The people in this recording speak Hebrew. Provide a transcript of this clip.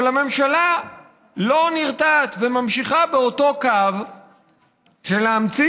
אבל הממשלה לא נרתעת וממשיכה באותו קו להמציא